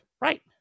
Right